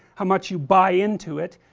ah much you buy into it,